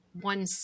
one